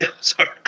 Sorry